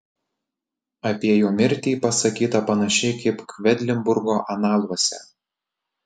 apie jo mirtį pasakyta panašiai kaip kvedlinburgo analuose